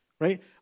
right